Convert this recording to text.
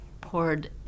poured